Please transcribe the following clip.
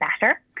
better